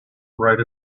write